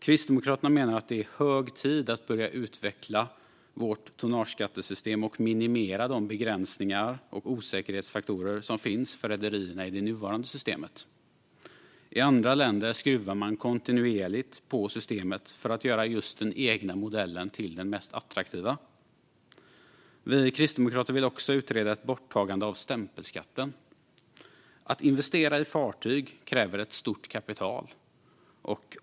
Kristdemokraterna menar att det är hög tid att börja utveckla vårt tonnageskattesystem och minimera de begränsningar och osäkerhetsfaktorer som finns för rederierna i det nuvarande systemet. I andra länder skruvar man kontinuerligt på systemet för att göra just den egna modellen till den mest attraktiva. Vi kristdemokrater vill också utreda ett borttagande av stämpelskatten. Att investera i fartyg kräver ett stort kapital.